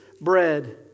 bread